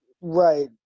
right